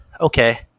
Okay